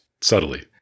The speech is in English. Subtly